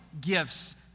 gifts